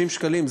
30 שקלים,